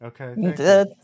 Okay